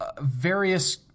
various